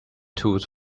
tooth